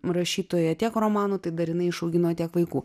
rašytoja tiek romanų tai dar jinai išaugino tiek vaikų